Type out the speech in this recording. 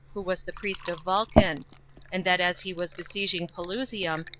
who was the priest of vulcan and that as he was besieging pelusium,